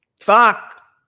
Fuck